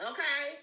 Okay